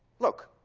look.